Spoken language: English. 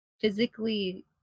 physically